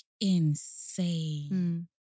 insane